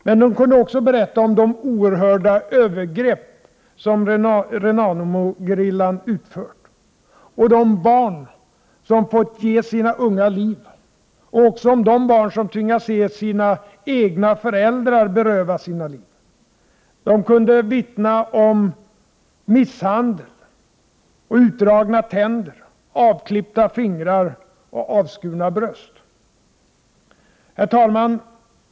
Men de kunde också berätta om de oerhörda övergrepp som Renamogerillan utfört — om de barn som fått ge sina unga liv, och också om de barn som tvingats se sina egna föräldrar berövas sina liv. De kunde vittna om misshandel och utdragna tänder och avklippta fingrar och avskurna bröst. Herr talman!